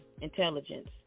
intelligence